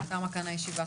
תמה כאן הישיבה.